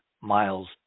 miles